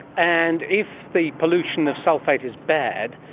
and if the pollution of sulphate is bad,